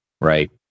right